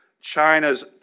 China's